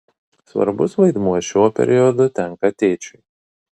svarbus vaidmuo šiuo periodu tenka tėčiui